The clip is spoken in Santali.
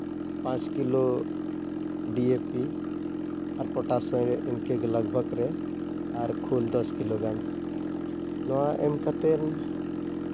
ᱯᱟᱸᱪ ᱠᱤᱞᱳ ᱰᱤᱭᱮᱯᱤ ᱟᱨ ᱯᱚᱴᱟᱥᱤᱭᱟᱢ ᱤᱱᱠᱟᱹᱜᱮ ᱜᱮ ᱞᱟᱜᱽ ᱵᱷᱟᱜᱽ ᱨᱮ ᱟᱨ ᱠᱷᱳᱞ ᱫᱚᱥ ᱠᱤᱞᱳ ᱜᱟᱱ ᱱᱚᱣᱟ ᱮᱢ ᱠᱟᱛᱮᱫ